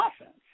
offense